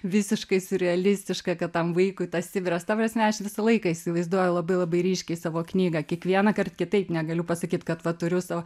visiškai siurrealistišką kad tam vaikui tas sibiras ta prasme aš visą laiką įsivaizduoju labai labai ryškiai savo knygą kiekvienąkart kitaip negaliu pasakyt kad va turiu savo